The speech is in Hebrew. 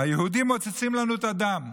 היהודים מוצצים לנו את הדם.